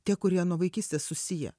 tie kurie nuo vaikystės susiję